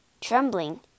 trembling